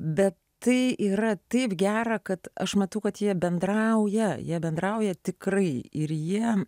bet tai yra taip gera kad aš matau kad jie bendrauja jie bendrauja tikrai ir jie